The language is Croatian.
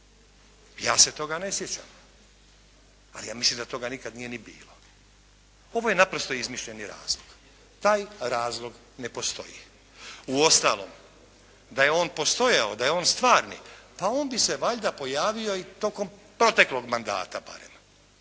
Ja se toga ne sjećam, ali ja mislim da toga nikad nije ni bilo. Ovo je naprosto izmišljeni razlog. Taj razlog ne postoji. Uostalom da je on postojao, da je on stvarni, pa on bi se valjda pojavio i tokom proteklog mandata barem,